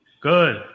Good